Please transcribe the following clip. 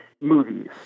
movies